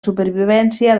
supervivència